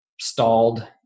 stalled